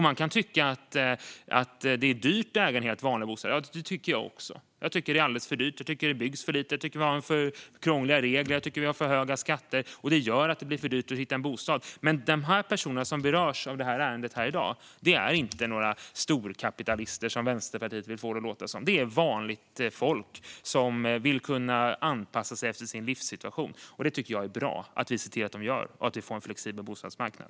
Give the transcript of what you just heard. Man kan tycka att det är dyrt att äga helt vanliga bostäder. Ja, det tycker jag också. Jag tycker att det är alldeles för dyrt. Jag tycker att det byggs för lite. Jag tycker att vi har för krångliga regler. Jag tycker att vi har för höga skatter. Det gör att det blir för dyrt att hitta en bostad. De personer som berörs av detta ärende är inte några storkapitalister, som Vänsterpartiet vill få det att låta som. Det är vanligt folk som vill kunna anpassa sig efter sin livssituation. Jag tycker att det är bra att vi ser till att de gör det och att vi får en flexibel bostadsmarknad.